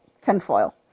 tinfoil